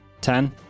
ten